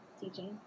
teaching